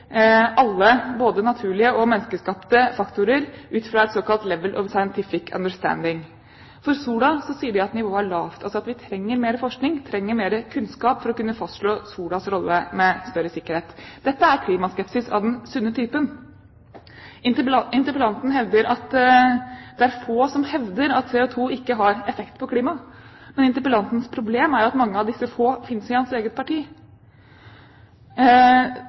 alle, både naturlige og menneskeskapte, faktorer ut fra et såkalt Level of Scientific Understanding. For sola sier de at nivået er lavt. Altså: Vi trenger mer forskning og mer kunnskap for å kunne fastslå solas rolle med større sikkerhet. Dette er klimaskepsis av den sunne typen. Interpellanten hevder at det er få som hevder at CO2 ikke har effekt på klimaet. Interpellantens problem er at mange av disse få finnes i hans eget parti!